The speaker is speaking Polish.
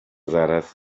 zaraz